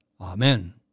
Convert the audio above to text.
Amen